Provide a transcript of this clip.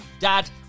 dad